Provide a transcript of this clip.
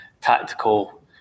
tactical